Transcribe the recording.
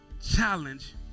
challenge